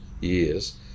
years